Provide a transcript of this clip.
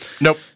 nope